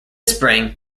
spring